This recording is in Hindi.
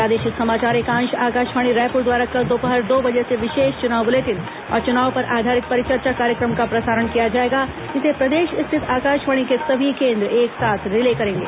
प्रादेशिक समाचार एकांश आकाशवाणी रायपुर द्वारा कल दोपहर दो बजे से विशेष चुनाव बुलेटिन और चुनाव पर आधारित परिचर्चा कार्यक्रम का प्रसारण किया जाएगा इसे प्रदेश स्थित आकाशवाणी के सभी केंद्र एक साथ रिले करेंगे